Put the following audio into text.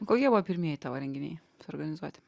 kokie buvo pirmieji tavo renginiai suorganizuoti